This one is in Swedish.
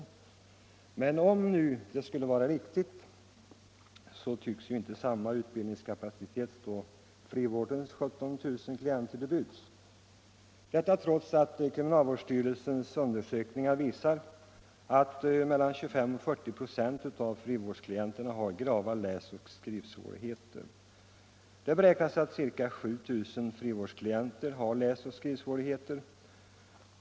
Om uppgiften emellertid skulle vara riktig tycks samma utbildningskapacitet dock inte stå frivårdens 17 000 klienter till buds, detta trots att kriminalvårdsstyrelsens undersökningar visar att 25-40 96 eller ca 7 000 av frivårdsklienterna har grava läsoch skrivsvårigheter.